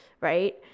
Right